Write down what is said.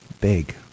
Big